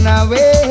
away